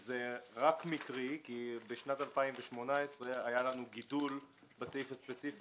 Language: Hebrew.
זה רק מקרי כי בשנת 2018 היה לנו גידול בסעיף הספציפי